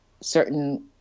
certain